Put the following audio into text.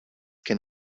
can